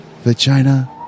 Vagina